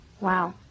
Wow